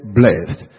blessed